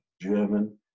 German